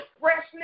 Freshness